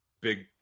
big